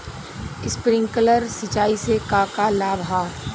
Sprinkler सिंचाई से का का लाभ ह?